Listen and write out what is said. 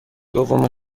دومین